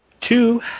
Two